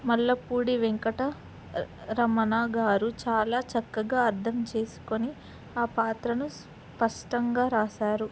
మల్లపూడి వెంకట రమణ గారు చాలా చక్కగా అర్థం చేసుకొని ఆ పాత్రను స్పష్టంగా రాశారు